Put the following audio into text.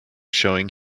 showing